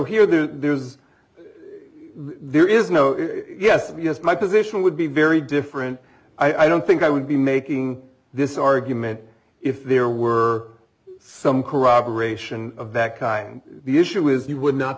so here there's there is no yes yes my position would be very different i don't think i would be making this argument if there were some corroboration of that kind the issue is you would not